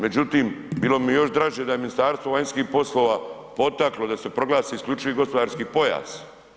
Međutim, bilo bi mi još draže da Ministarstvo vanjskih poslova potaklo da se proglasi isključivi gospodarski pojas.